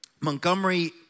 Montgomery